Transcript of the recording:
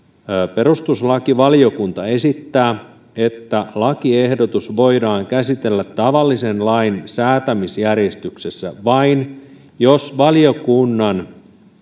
perustuslakivaliokunta esittää että lakiehdotus voidaan käsitellä tavallisen lain säätämisjärjestyksessä vain jos valiokunnan